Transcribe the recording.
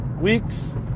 weeks